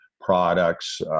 products